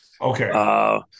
Okay